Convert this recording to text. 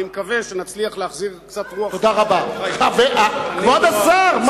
אני מקווה שנצליח להחזיר קצת רוח, כבוד השר.